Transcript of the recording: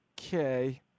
okay